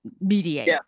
mediate